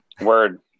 Word